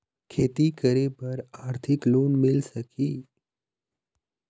खेती करे बर आरथिक लोन मिल सकही?